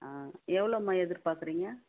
ஆ எவ்வளோம்மா எதிர்பார்க்குறீங்க